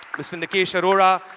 mr. nikesh arora.